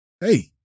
Hey